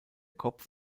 kopf